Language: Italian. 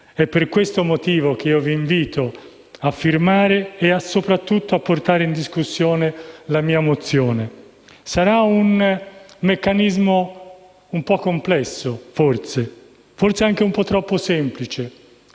È per questo motivo che vi invito a firmare e soprattutto a portare in discussione la mia mozione. Sarà forse un meccanismo un po' complesso, forse anche un po' troppo semplice,